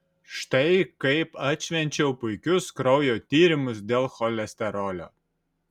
štai kaip atšvenčiau puikius kraujo tyrimus dėl cholesterolio